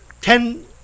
ten